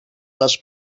les